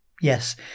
yes